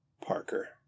Parker